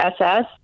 SS